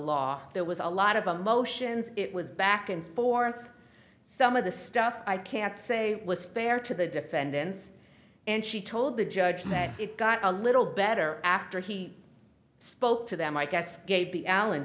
law there was a lot of emotions it was back and forth some of the stuff i can't say was fair to the defendants and she told the judge that it got a little better after he spoke to them i guess